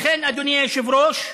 אדוני היושב-ראש,